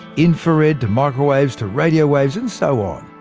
infrared to microwaves to radio waves, and so on.